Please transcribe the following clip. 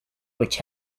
which